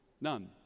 None